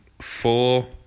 four